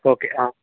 okay ಆಂ